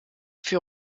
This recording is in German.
für